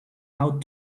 out